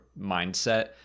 mindset